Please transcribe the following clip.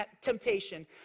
temptation